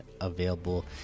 available